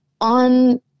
on